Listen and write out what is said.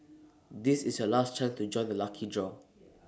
this is your last chance to join the lucky draw